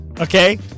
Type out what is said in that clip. Okay